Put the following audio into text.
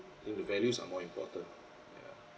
into values are more important ya